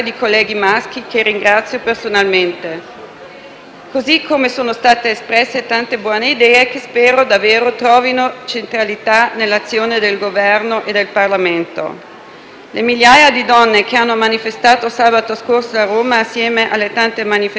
Così come sono state espresse tante buone idee, che spero davvero trovino centralità nell'azione del Governo e del Parlamento. Le migliaia di donne che hanno manifestato sabato scorso a Roma, insieme alle tante manifestazioni che si sono svolte in tutte le città italiane,